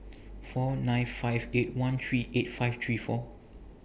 four nine five eight one three eight five three four